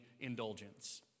indulgence